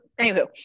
Anywho